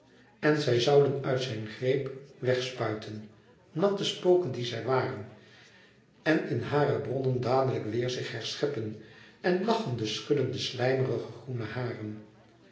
en ze zouden uit zijn greep wèg spuiten natte spoken die zij waren en in hare bronnen dadelijk weêr zich herscheppen en lachende schudden de slijmerig groene haren